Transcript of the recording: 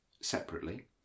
separately